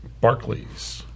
Barclays